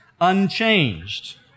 unchanged